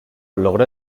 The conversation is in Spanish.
logró